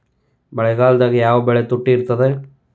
ಮಳೆಗಾಲದಾಗ ಯಾವ ಬೆಳಿ ತುಟ್ಟಿ ಇರ್ತದ?